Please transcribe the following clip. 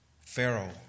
Pharaoh